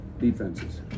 defenses